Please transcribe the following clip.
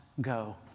go